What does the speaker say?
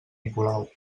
nicolau